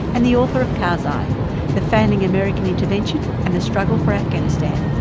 and the author of karzai the failing american intervention and the struggle for afghanistan.